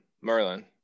Merlin